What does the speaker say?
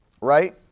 right